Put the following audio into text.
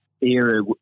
era